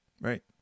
Right